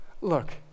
Look